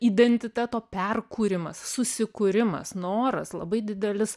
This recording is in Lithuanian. identiteto perkūrimas susikūrimas noras labai didelis